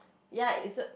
ya it's a